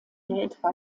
delta